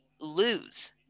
lose